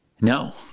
no